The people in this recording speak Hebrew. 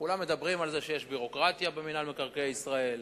כולם מדברים על כך שיש ביורוקרטיה במינהל מקרקעי ישראל,